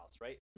right